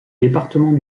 département